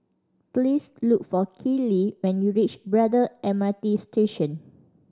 please look for Keeley when you reach Braddell M R T Station